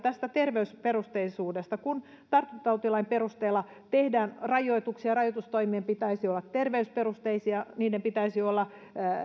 tästä terveysperusteisuudesta kun tartuntatautilain perusteella tehdään rajoituksia rajoitustoimien pitäisi olla terveysperusteisia niiden pitäisi olla